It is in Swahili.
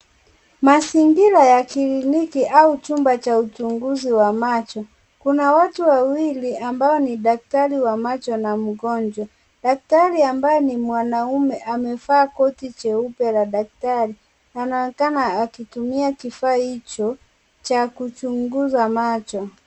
Mazingira ya kliniki au chumba cha uchunguzi wa macho, kuna watu wawili ambao ni daktari wa macho na mgonjwa, daktari ambaye ni mwanaume amevaa koti jeupe la daktari anaonekana akitumia kifaa hicho cha kuchunguza macho.